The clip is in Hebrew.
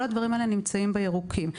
כל הדברים האלה נמצאים בירוקים.